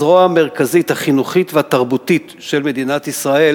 הזרוע המרכזית החינוכית והתרבותית של מדינת ישראל